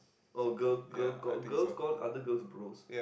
oh girl girl god girl god others girls' bro